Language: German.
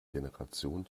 generation